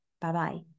Bye-bye